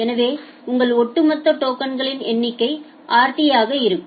எனவே உங்கள் ஒட்டுமொத்த டோக்கனின் எண்ணிக்கை rt ஆக இருக்கும்